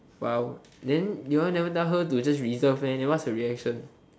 !wow! then you all never tell her to just reserve meh then what's the reaction